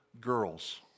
girls